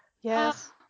Yes